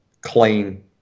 clean-